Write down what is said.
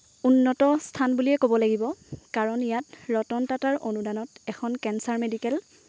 উন্নত স্থান বুলিয়েই ক'ব লাগিব কাৰণ ইয়াত ৰতন টাটাৰ অনুদানত এখন কেঞ্চাৰ মেডিকেল